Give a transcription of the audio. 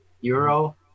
euro